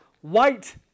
white